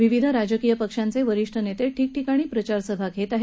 विविध राजकीय पक्षांचे वरिष्ठ नेते ठिकठिकाणी प्रचारसभा घेत आहेत